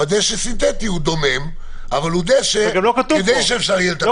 אבל דשא סינתטי הוא דומם אבל הוא דשא כדי שאפשר יהיה לדרוך עליו.